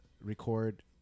record